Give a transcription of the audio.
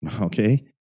Okay